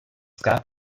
gab